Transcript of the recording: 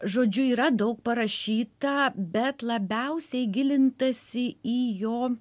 žodžiu yra daug parašyta bet labiausiai gilintasi į jo